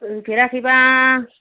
फैफेराखैबा